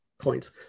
points